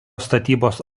statybos